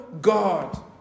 God